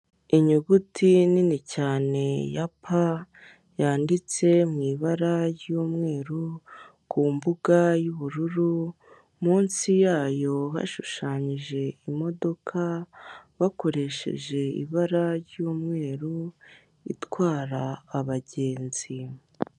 Inyuguti nini cyane ya Pa, yanditse mu ibara ry'umweru, ku mbuga y'ubururu, munsi yayo hashushanyije imodoka, bakoresheje ibara ry'umweru, itwara abagenzi.